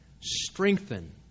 strengthen